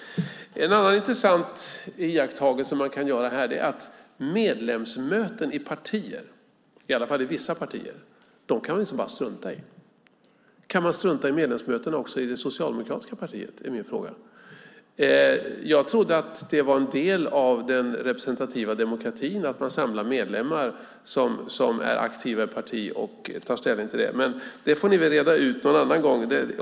En annan intressant iakttagelse man kan göra här är att medlemsmöten i partier - i alla fall i vissa partier - kan man bara strunta i. Kan man också strunta i medlemsmötena i det socialdemokratiska partiet? Jag trodde att det var en del av den representativa demokratin att man samlar aktiva medlemmar i ett parti och tar ställning. Det får ni reda ut någon annan gång.